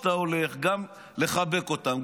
שאתה הולך גם לחבק אותם.